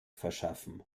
verschaffen